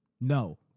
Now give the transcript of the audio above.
no